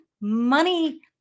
money